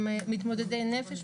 מתמודדי נפש,